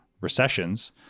recessions